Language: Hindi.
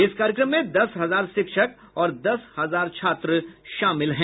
इस कार्यक्रम में दस हजार शिक्षक और दस हजार छात्र शामिल हैं